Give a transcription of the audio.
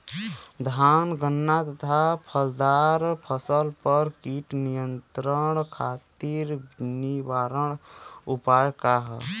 धान गन्ना तथा फलदार फसल पर कीट नियंत्रण खातीर निवारण उपाय का ह?